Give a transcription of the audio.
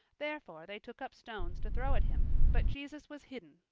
therefore they took up stones to throw at him, but jesus was hidden,